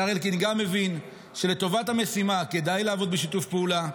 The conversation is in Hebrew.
גם השר אלקין הבין שלטובת המשימה כדאי לעבוד בשיתוף פעולה,